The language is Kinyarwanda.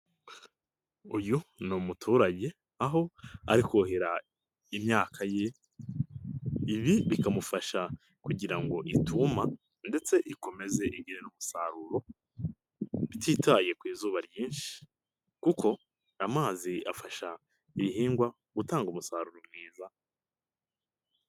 Uyu ni umuturage aho ari kohira imyaka ye, ibi bikamufasha kugira ngo ituma ndetse ikomeze igire umusaruro, bititaye ku izuba ryinshi kuko amazi afasha ibihingwa gutanga umusaruro mwiza.